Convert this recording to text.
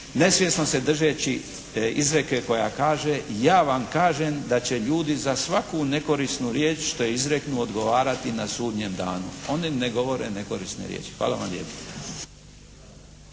nesvjesno se držeći izreke koja kaže "ja vam kaže da će ljudi za svaku nekorisnu riječ što je izreknu odgovarati na sudnjem danu". Oni ne govore nekorisne riječi. Hvala vam lijepa.